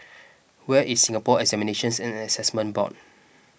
where is Singapore Examinations and Assessment Board